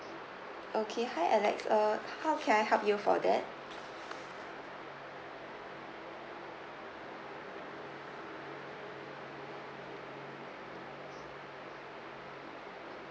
okay hi alex uh how can I help you for that